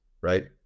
right